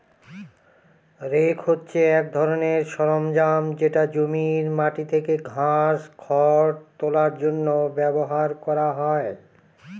rake হছে এক ধরনের সরঞ্জাম যেটা জমির মাটি থেকে ঘাস, খড় তোলার জন্য ব্যবহার করা হয়